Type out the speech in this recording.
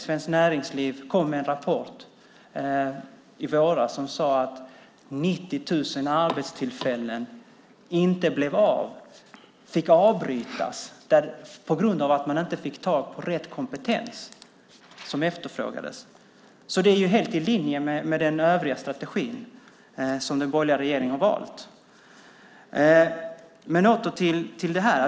Svenskt Näringsliv kom med en rapport i våras där man sade att 90 000 arbetstillfällen inte blev av, fick avbrytas på grund av att man inte fick tag på den kompetens som efterfrågades. Det är ju helt i linje med den övriga strategi som den borgerliga regeringen har valt. Men åter till det här.